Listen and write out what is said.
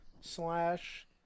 slash